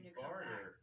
barter